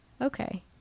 Okay